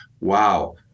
wow